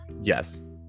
yes